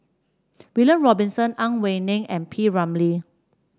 William Robinson Ang Wei Neng and P Ramlee